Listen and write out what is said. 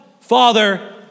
father